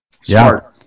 Smart